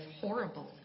horrible